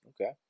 okay